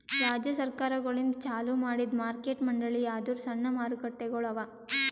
ರಾಜ್ಯ ಸರ್ಕಾರಗೊಳಿಂದ್ ಚಾಲೂ ಮಾಡಿದ್ದು ಮಾರ್ಕೆಟ್ ಮಂಡಳಿ ಅಂದುರ್ ಸಣ್ಣ ಮಾರುಕಟ್ಟೆಗೊಳ್ ಅವಾ